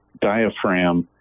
diaphragm